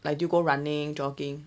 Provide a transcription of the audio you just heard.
like do go running jogging